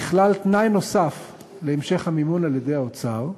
נכלל תנאי נוסף להמשך המימון על-ידי האוצר,